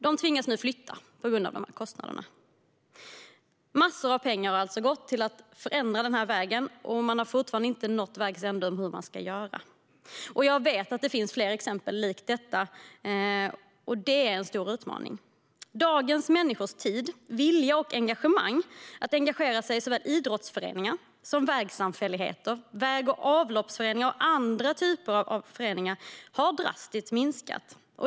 De tvingas nu flytta på grund av dessa kostnader. Massor av pengar har gått åt till att förändra vägen, och man har fortfarande inte nått vägs ände för hur man ska göra. Jag vet att det finns fler liknande exempel, och det är en stor utmaning. Dagens människors tid, vilja och engagemang, vilja att engagera sig i såväl idrottsföreningen som vägsamfälligheter, väg och avloppsföreningar och andra typer av föreningar har drastiskt minskat.